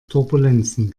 turbulenzen